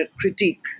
critique